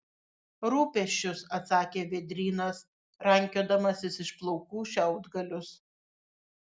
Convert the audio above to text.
rūpesčius atsakė vėdrynas rankiodamasis iš plaukų šiaudgalius